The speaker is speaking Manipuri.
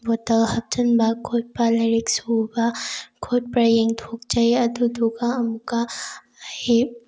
ꯕꯣꯇꯜ ꯍꯥꯞꯆꯤꯟꯕ ꯈꯣꯠꯄ ꯂꯥꯏꯔꯤꯛ ꯁꯨꯕ꯭ꯔꯥ ꯈꯣꯠꯄ꯭ꯔꯥ ꯌꯦꯡꯊꯣꯛꯆꯩ ꯑꯗꯨꯗꯨꯒ ꯑꯃꯨꯛꯀ ꯑꯩ